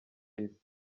isi